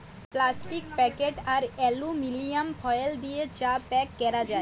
plastic packet আর aluminium foil দিয়ে চা প্যাক ক্যরা যায়